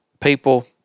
people